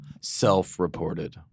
self-reported